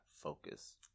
focus